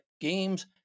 Games